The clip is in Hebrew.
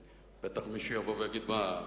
בטח מישהו יבוא ויגיד: מה,